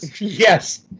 Yes